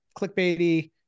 Clickbaity